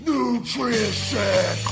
Nutrition